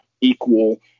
equal